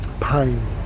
pain